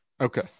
Okay